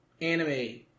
anime